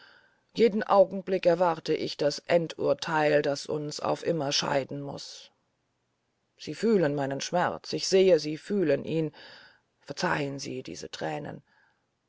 jeden augenblick erwarte ich das endurtheil das uns auf immer scheiden muß sie fühlen meinen schmerz ich sehe sie fühlen ihn verzeihen sie diese thränen